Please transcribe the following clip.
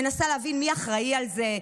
מנסה להבין מי אחראי לזה,